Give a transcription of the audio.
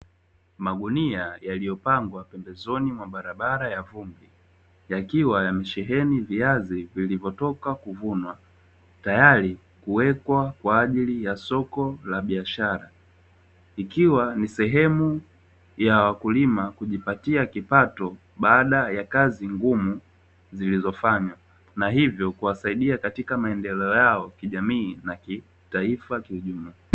Magunia yaliyopangwa pembezoni mwa barabara ya vumbi yakiwa yamesheheni viazi vinavyotoka kuvunwa tayali kuwekwa kwaajili ya soko la biashara, ikiwa sehemu yawakulima kujipatia kipato baada ya kazi ngumu zilizofanya na hivyo kuwasaidia katika maendeleo yao ya kijamii na taifa kwa kiujumla.